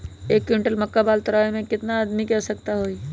एक क्विंटल मक्का बाल तोरे में पेड़ से केतना आदमी के आवश्कता होई?